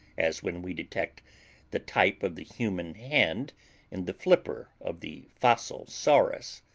as when we detect the type of the human hand in the flipper of the fossil saurus,